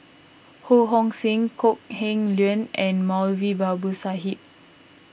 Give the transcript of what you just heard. Ho Hong Sing Kok Heng Leun and Moulavi Babu Sahib